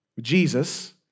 Jesus